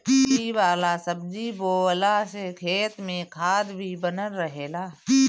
फली वाला सब्जी बोअला से खेत में खाद भी बनल रहेला